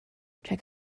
check